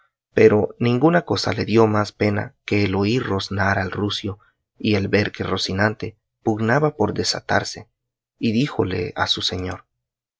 pero ninguna cosa le dio más pena que el oír roznar al rucio y el ver que rocinante pugnaba por desatarse y díjole a su señor